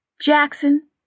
Jackson